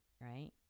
right